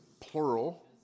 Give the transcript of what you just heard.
plural